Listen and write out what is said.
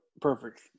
Perfect